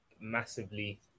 massively